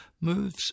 moves